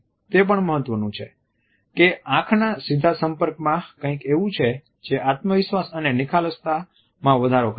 તે પણ મહત્વનું છે કે આંખના સીધા સંપર્કમાં કઈક એવું છે જે આત્મવિશ્વાસ અને નિખાલસતામાં વધારો કરે છે